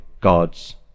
God's